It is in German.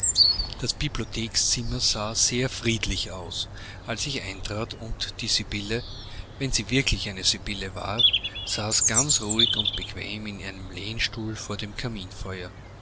das bibliothekszimmer sah sehr friedlich aus als ich eintrat und die sibylle wenn sie wirklich eine sibylle war saß ganz ruhig und bequem in einem lehnstuhl vor dem kaminfeuer